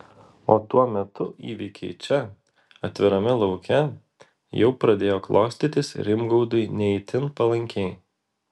o tuo metu įvykiai čia atvirame lauke jau pradėjo klostytis rimgaudui ne itin palankiai